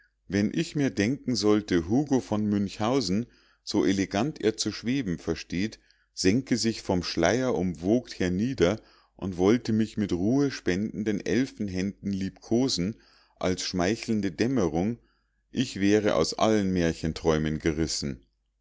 wenn ich mir denken sollte hugo von münchhausen so elegant er zu schweben versteht senke sich von schleiern umwogt hernieder und wollte mich mit ruhespendenden elfenhänden liebkosen als schmeichelnde dämmerung ich wäre aus allen märchenträumen gerissen